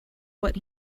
what